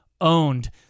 owned